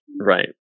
right